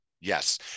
Yes